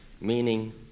meaning